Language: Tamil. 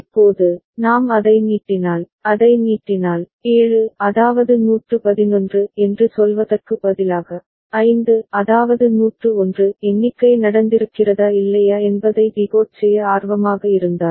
இப்போது நாம் அதை நீட்டினால் அதை நீட்டினால் 7 அதாவது 111 என்று சொல்வதற்கு பதிலாக 5 அதாவது 101 எண்ணிக்கை நடந்திருக்கிறதா இல்லையா என்பதை டிகோட் செய்ய ஆர்வமாக இருந்தால்